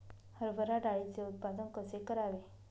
हरभरा डाळीचे उत्पादन कसे करावे?